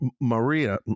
Maria